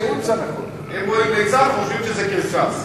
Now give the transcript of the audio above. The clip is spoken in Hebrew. הם רואים ליצן, חושבים שזה קרקס.